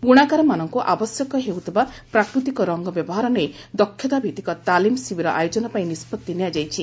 ବୁଣାକାରମାନଙ୍କୁ ଆବଶ୍ୟକ ହେଉଥିବା ପ୍ରାକୃତିକ ରଙ୍ଗ ବ୍ୟବହାର ନେଇ ଦକ୍ଷତାଭିଭିକ ତାଲିମ ଶିବିର ଆୟୋଜନପାଇଁ ନିଷ୍ବଉି ନିଆଯାଇଛି